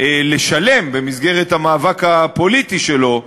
לשלם במסגרת המאבק הפוליטי שלו,